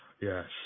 Yes